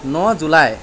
ন July